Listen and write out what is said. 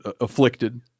afflicted